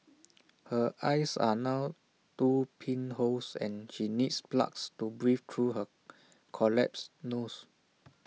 her eyes are now two pinholes and she needs plugs to breathe through her collapsed nose